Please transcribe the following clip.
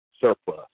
surplus